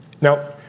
Now